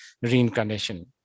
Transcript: reincarnation